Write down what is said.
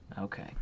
Okay